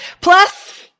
Plus